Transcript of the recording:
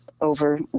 over